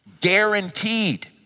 guaranteed